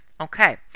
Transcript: Okay